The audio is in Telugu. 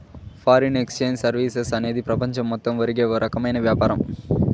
ఫారిన్ ఎక్సేంజ్ సర్వీసెస్ అనేది ప్రపంచం మొత్తం జరిగే ఓ రకమైన వ్యాపారం